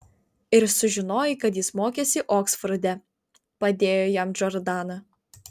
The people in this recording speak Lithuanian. ir sužinojai kad jis mokėsi oksforde padėjo jam džordana